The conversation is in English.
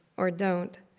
or don't.